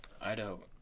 Idaho